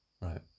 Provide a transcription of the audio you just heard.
Right